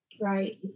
Right